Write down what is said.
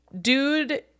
Dude